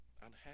unhappy